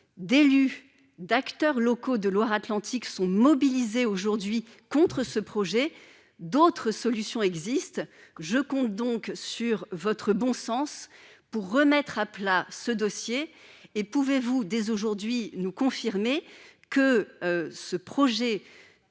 d'élus d'acteurs locaux de Loire-Atlantique sont mobilisés aujourd'hui contre ce projet, d'autres solutions existent, je compte donc sur votre bon sens pour remettre à plat ce dossier et pouvez-vous dès aujourd'hui nous confirmer que ce projet